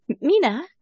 Mina